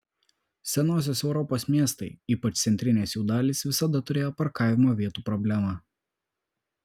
senosios europos miestai ypač centrinės jų dalys visada turėjo parkavimo vietų problemą